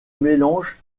mélange